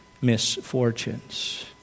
misfortunes